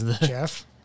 Jeff